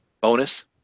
bonus